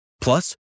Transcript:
Plus